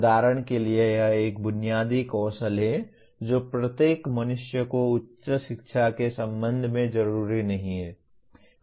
उदाहरण के लिए यह एक बुनियादी कौशल है जो प्रत्येक मनुष्य को उच्च शिक्षा के संबंध में जरूरी नहीं है